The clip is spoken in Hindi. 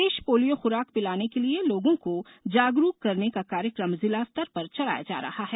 प्रदेश पोलियो खुराक पिलाने के लिए लोगों को जागरूक करने का कार्यक्रम जिला स्तर पर चलाया जा रहा है